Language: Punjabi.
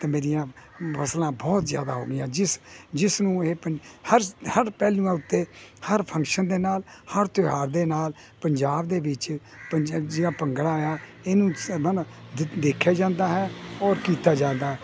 ਅਤੇ ਮੇਰੀਆਂ ਫਸਲਾਂ ਬਹੁਤ ਜ਼ਿਆਦਾ ਹੋ ਗਈਆਂ ਜਿਸ ਜਿਸ ਨੂੰ ਇਹ ਪ ਹਰ ਹਰ ਪਹਿਲੂਆਂ ਉੱਤੇ ਹਰ ਫੰਕਸ਼ਨ ਦੇ ਨਾਲ ਹਰ ਤਿਉਹਾਰ ਦੇ ਨਾਲ ਪੰਜਾਬ ਦੇ ਵਿੱਚ ਪ ਜਿਹੜਾ ਭੰਗੜਾ ਆ ਇਹਨੂੰ ਦੇਖਿਆ ਜਾਂਦਾ ਹੈ ਔਰ ਕੀਤਾ ਜਾਂਦਾ